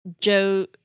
Joe